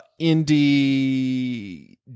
Indie